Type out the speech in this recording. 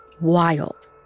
wild